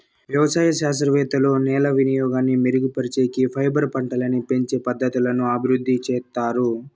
వ్యవసాయ శాస్త్రవేత్తలు నేల వినియోగాన్ని మెరుగుపరిచేకి, ఫైబర్ పంటలని పెంచే పద్ధతులను అభివృద్ధి చేత్తారు